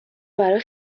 برای